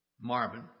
Marvin